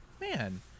man